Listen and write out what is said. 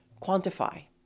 quantify